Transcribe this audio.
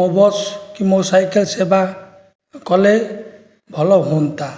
ମୋ ବସ୍ କି ମୋ ସାଇକେଲ୍ ସେବା କଲେ ଭଲ ହୁଅନ୍ତା